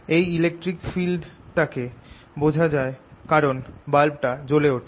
এই ইলেকট্রিক ফিল্ডটাকে বোঝা যায় কারণ বাল্বটা জলে ওঠে